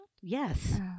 Yes